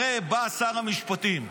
הרי בא שר המשפטים,